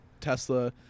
Tesla